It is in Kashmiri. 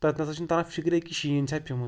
تَتہِ نَسا چھُنہٕ تَران فِکرِ کہِ شیٖن چھا پیٚومُت